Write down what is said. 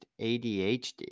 ADHD